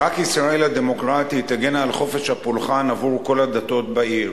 רק ישראל הדמוקרטית תגן על חופש הפולחן עבור כל הדתות בעיר.